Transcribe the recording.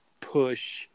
push